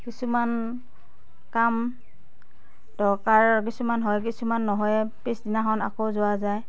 কিছুমান কাম দৰকাৰ কিছুমান হয় কিছুমান নহয়েই পিছদিনাখন আকৌ যোৱা যায়